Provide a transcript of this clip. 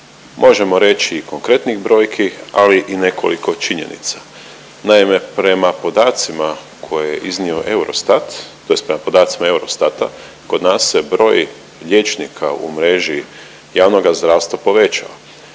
možemo reći i konkretnih brojki, ali i nekoliko činjenica. Naime, prema podacima koje je iznio EUROSTAT, tj. prema podacima EUROSTAT-a kod nas se broj liječnika u mreži javnoga zdravstva povećao,